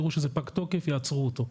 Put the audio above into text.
יראו שהוא פג תוקף - יעצרו אותו.